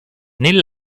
nel